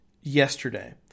yesterday